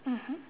mmhmm